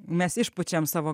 mes išpučiame savo